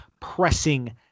pressing